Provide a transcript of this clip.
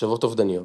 מחשבות אובדניות.